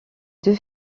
deux